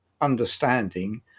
understanding